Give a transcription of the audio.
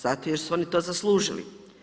Zato jer su oni to zaslužili.